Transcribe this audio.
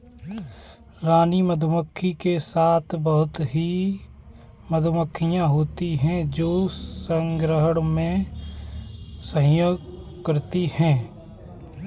रानी मधुमक्खी के साथ बहुत ही मधुमक्खियां होती हैं जो मधु संग्रहण में सहयोग करती हैं